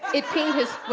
it pinged his,